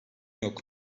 yok